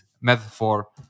metaphor